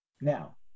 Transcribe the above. Now